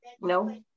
No